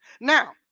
Now